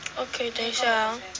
okay 等一下 ah